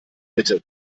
bitte